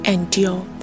Endure